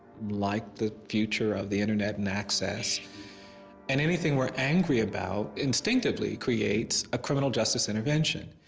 like the future of the internet and access and anything we are angry about instinctively creates a criminal justice intervention.